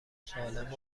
سالم